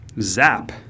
Zap